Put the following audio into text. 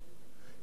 כאשר